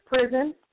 prison